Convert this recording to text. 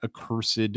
accursed